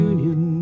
Union